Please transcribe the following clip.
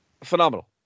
Phenomenal